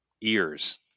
ears